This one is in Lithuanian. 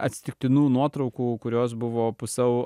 atsitiktinų nuotraukų kurios buvo pusiau